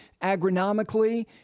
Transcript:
agronomically